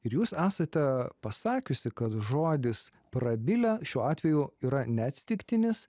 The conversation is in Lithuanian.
ir jūs esate pasakiusi kad žodis prabilę šiuo atveju yra neatsitiktinis